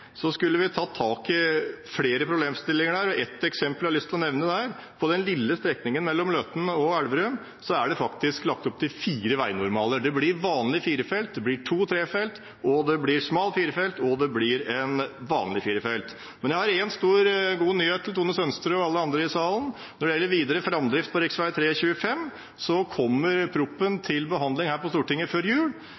skulle vi tatt tak i flere problemstillinger. Et eksempel jeg har lyst til å nevne, er: På den lille strekningen mellom Løten og Elverum er det faktisk lagt opp til fire veinormaler: Det blir vanlig firefelts vei, det blir to trefelts, det blir smal firefelts og det blir en vanlig firefelts vei. Jeg har en stor, god nyhet til Tone Sønsterud og alle andre i salen: Når det gjelder videre framdrift for rv. 3 og rv. 25, kommer